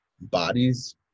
bodies